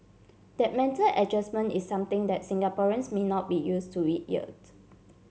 that mental adjustment is something that Singaporeans may not be use to it yet